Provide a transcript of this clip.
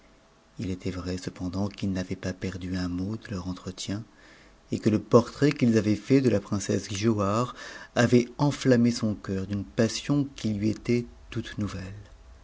î était vrai cependant qu'il n'av ut nas perdu un mot de leur entretien et que le portrait qu'ils avaient fait de princesse giauhare avait enflammé son cœur d'une passion qui lui était toute nouvelle